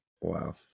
Wow